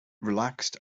relaxed